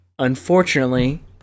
unfortunately